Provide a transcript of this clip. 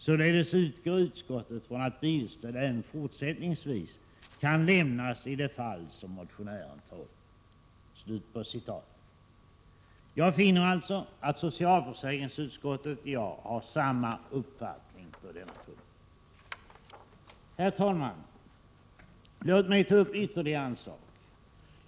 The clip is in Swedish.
Således utgår utskottet från att bilstöd även fortsättningsvis kan lämnas i de fall som motionären tar upp.” Jag finner att socialförsäkringsutskottet och jag har samma uppfattning på denna punkt. Herr talman! Låt mig ta upp ytterligare en sak.